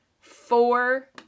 four